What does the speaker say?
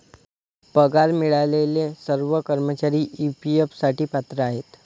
पगार मिळालेले सर्व कर्मचारी ई.पी.एफ साठी पात्र आहेत